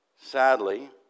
Sadly